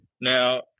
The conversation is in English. Now